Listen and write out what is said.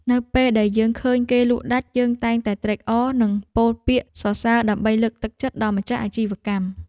នៅពេលដែលយើងឃើញគេលក់ដាច់ យើងតែងតែត្រេកអរនិងពោលពាក្យសរសើរដើម្បីលើកទឹកចិត្តដល់ម្ចាស់អាជីវកម្ម។